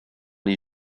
les